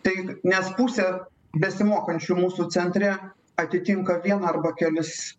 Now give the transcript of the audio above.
tai nes pusė besimokančių mūsų centre atitinka vieną arba kelis